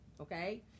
Okay